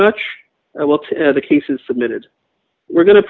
much i will to the case is submitted we're going to